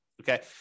okay